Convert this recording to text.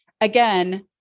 again